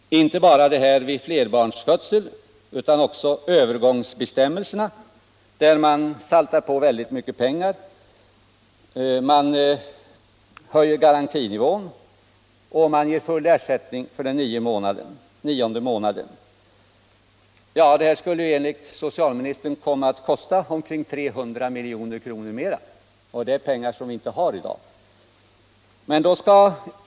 Det är inte bara vid flerbarnsfödsel, utan också när det gäller övergångsbestämmelserna som socialdemokraterna saltar på väldigt mycket pengar. Man höjer garantinivån, och man ger full ersättning för den nionde månaden. Detta skulle enligt socialministern komma att kosta omkring 300 miljoner mer än regeringens förslag. Det är pengar som vi inte har i dag.